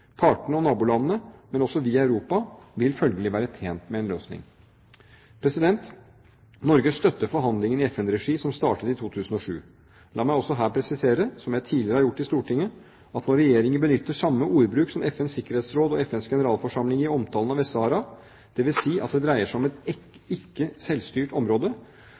Partene og nabolandene, men også vi i Europa vil følgelig være tjent med en løsning. Norge støtter forhandlingene i FN-regi som startet i 2007. La meg også her presisere, som jeg tidligere har gjort i Stortinget, at når Regjeringen benytter samme ordbruk som FNs sikkerhetsråd og FNs generalforsamling i omtalen av Vest-Sahara, dvs. at det dreier seg om et ikke-selvstyrt område, er dette fordi Norge ikke